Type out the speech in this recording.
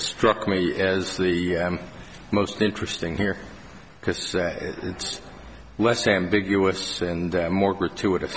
struck me as the most interesting here because it's less ambiguous and more gratuitous